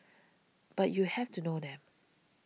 but you have to know them